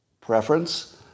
preference